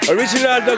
Original